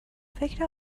فکر